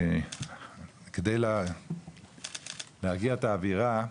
כדי להרגיע את האווירה,